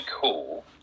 cool